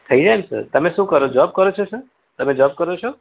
થઈ જાય ને સર તમે શું કરો છો જૉબ કરો છો સર તમે જૉબ કરો છો